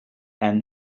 and